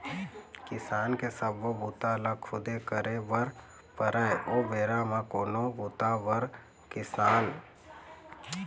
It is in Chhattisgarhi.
किसानी के सब्बो बूता ल खुदे करे बर परय ओ बेरा म कोनो बूता बर मसीन नइ बने रिहिस हे